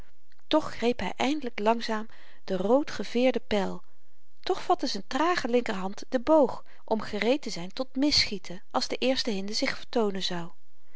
toch greep hy eindelyk langzaam de roodgeveêrde pyl toch vatte z'n trage linkerhand den boog om gereed te zyn tot misschieten als de eerste hinde zich vertoonen zou